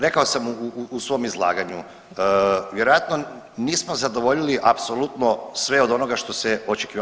Rekao sam u svom izlaganju vjerojatno nismo zadovoljili apsolutno sve od onoga što se očekivalo.